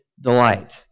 delight